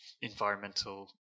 environmental